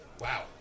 wow